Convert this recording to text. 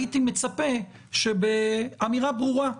הייתי מצפה שבאמירה ברורה,